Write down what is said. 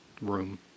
room